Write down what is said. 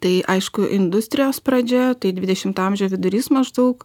tai aišku industrijos pradžia tai dvidešimto amžio vidurys maždaug